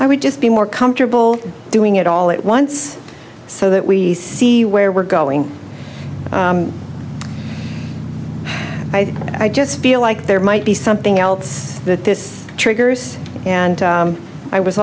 i would just be more comfortable doing it all at once so that we see where we're going i just feel like there might be something else that this triggers and i was